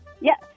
Yes